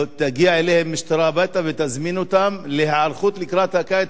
תגיע אליהם משטרה הביתה ותזמין אותם להיערכות לקראת הקיץ,